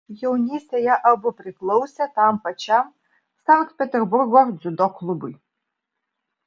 jaunystėje abu priklausė tam pačiam sankt peterburgo dziudo klubui